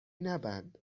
نبند